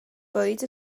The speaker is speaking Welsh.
fwyd